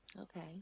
okay